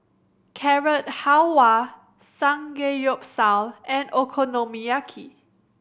Carrot Halwa Samgeyopsal and Okonomiyaki